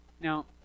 Now